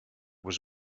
was